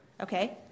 Okay